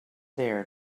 there